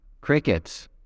crickets